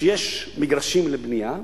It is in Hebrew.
כשיש מגרשים לבנייה,